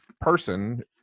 person